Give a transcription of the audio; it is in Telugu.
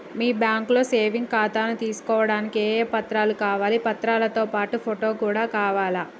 మీ బ్యాంకులో సేవింగ్ ఖాతాను తీసుకోవడానికి ఏ ఏ పత్రాలు కావాలి పత్రాలతో పాటు ఫోటో కూడా కావాలా?